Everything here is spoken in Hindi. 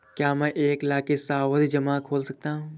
क्या मैं एक लाख का सावधि जमा खोल सकता हूँ?